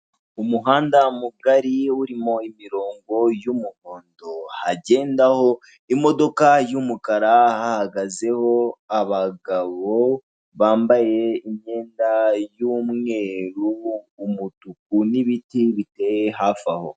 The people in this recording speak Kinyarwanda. Imitako ya kinyarwanda yo mu bwoko bw'intango imanitse iri mu mabara atandukanye y'umweru n'umukara, umuhondo, icyatsi kaki, ubururu, orange.